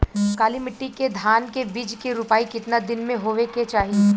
काली मिट्टी के धान के बिज के रूपाई कितना दिन मे होवे के चाही?